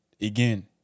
again